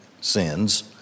sins